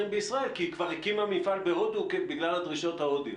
בישראל כי היא כבר הקימה מפעל בהודו בגלל הדרישות ההודיות,